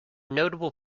notable